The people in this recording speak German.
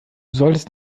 solltest